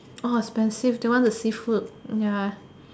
orh expensive that one the seafood ya